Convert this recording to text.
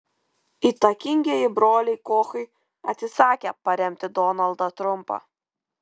įtakingieji broliai kochai atsisakė paremti donaldą trumpą